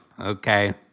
Okay